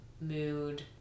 mood